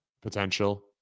potential